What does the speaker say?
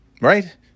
right